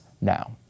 now